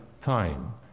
time